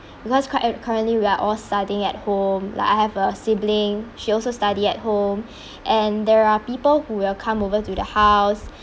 because cu~ currently we are all studying at home like I have a sibling she also study at home and there are people who will come over to the house